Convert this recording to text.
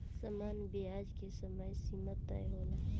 सामान्य ब्याज के समय सीमा तय होला